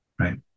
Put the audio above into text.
right